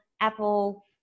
Apple